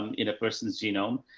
um in a person's genome.